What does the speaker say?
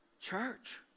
Church